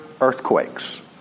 earthquakes